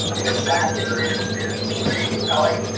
back injury is is pretty compelling.